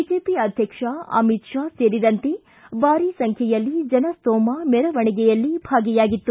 BJP ಅಧ್ಯಕ್ಷ ಅಮಿತ್ ಶಾ ಸೇರಿದಂತೆ ಬಾರಿ ಸಂಖ್ಯೆಯಲ್ಲಿ ಜನಸ್ಥೊಮ ಮೆರವಣಿಗೆಯಲ್ಲಿ ಭಾಗಿ ಆಗಿತ್ತು